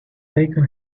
taken